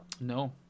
No